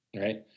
right